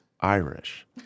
Irish